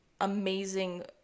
amazing